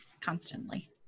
Constantly